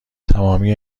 تمامی